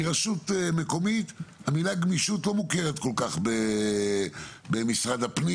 כי לרשות מקומית המילה גמישות לא מוכרת כל כך במשרד הפנים